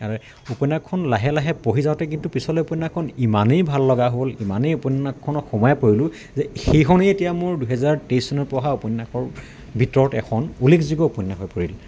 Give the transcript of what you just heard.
উপন্যাসখন লাহে লাহে পঢ়ি যাওঁতে কিন্তু পিছলৈ উপন্যাসখন ইমানেই ভাল লগা হ'ল ইমানেই উপন্যাসখনত সোমাই পৰিলোঁ যে সেইখনেই এতিয়া মোৰ দুহেজাৰ তেইছ চনত পঢ়া উপন্যাসৰ ভিতৰত এখন উল্লেখযোগ্য উপন্যাস হৈ পৰিল